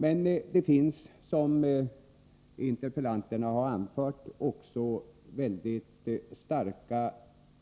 Men det finns, som interpellanterna har anfört, också väldigt starka